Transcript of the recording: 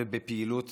ובפעילות